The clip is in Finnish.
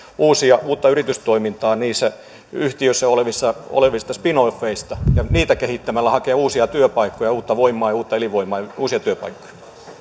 uutta yritystoimintaa niissä yhtiöissä olevista olevista spin offeista ja niitä kehittämällä hakemaan uusia työpaikkoja uutta voimaa ja uutta elinvoimaa uusia työpaikkoja